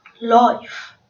life